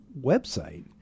website